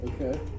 Okay